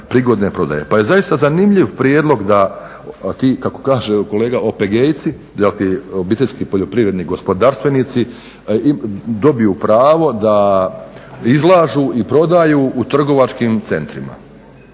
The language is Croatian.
Pa je zaista zanimljiv prijedlog da ti kako kaže kolega OPG-ejci dakle obiteljski poljoprivredni gospodarstvenici dobiju pravo da izlažu i prodaju u trgovačkim centrima.